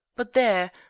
but there!